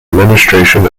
administration